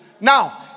Now